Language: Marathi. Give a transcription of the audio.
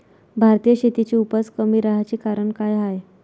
भारतीय शेतीची उपज कमी राहाची कारन का हाय?